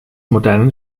modernen